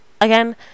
again